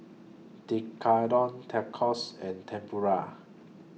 Tekkadon Tacos and Tempura